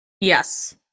Yes